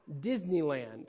Disneyland